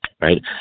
right